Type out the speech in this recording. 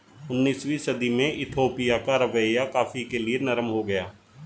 उन्नीसवीं सदी में इथोपिया का रवैया कॉफ़ी के लिए नरम हो गया